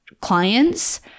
clients